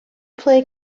play